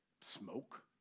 smoke